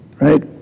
Right